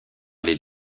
les